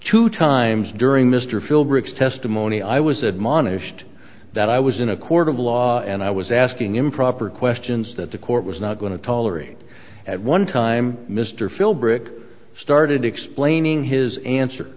two times during mr philbrick testimony i was admonished that i was in a court of law and i was asking improper questions that the court was not going to tolerate at one time mr philbrick started explaining his answer